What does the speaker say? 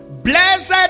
Blessed